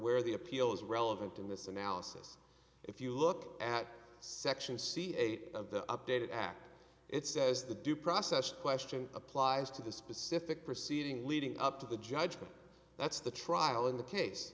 where the appeal is relevant in this analysis if you look at section c eight of the updated ak it says the due process question applies to the specific proceeding leading up to the judgment that's the trial in the case